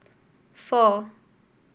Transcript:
four